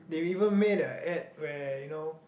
they even made a ad where you know